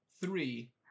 three